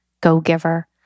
Go-Giver